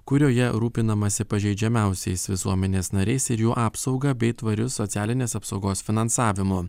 kurioje rūpinamasi pažeidžiamiausiais visuomenės nariais ir jų apsauga bei tvariu socialinės apsaugos finansavimu